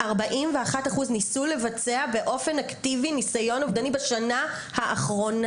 41% ניסו לבצע באופן אקטיבי ניסיון אובדני בשנה האחרונה.